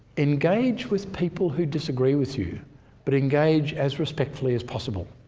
engage with people who disagree with you but engage as respectfully as possible.